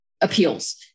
appeals